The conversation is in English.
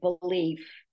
belief